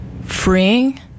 freeing